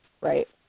right